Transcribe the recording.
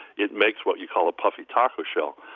it makes what you call a puffy taco shell.